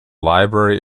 library